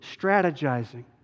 strategizing